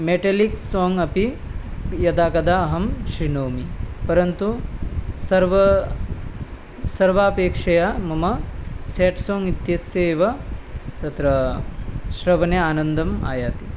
metallic song अपि यदा कदा अहं शृणोमि परन्तु सर्वापेक्षया मम सेड् सोङ्ग् इत्यस्य एव तत्र श्रवणे आनन्दम् आयाति